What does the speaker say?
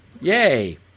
Yay